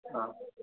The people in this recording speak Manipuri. ꯑꯥ